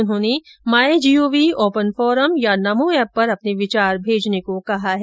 उन्होंने my G O V open forum या Namo app पर अपने विचार भेजने को कहा है